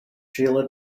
shiela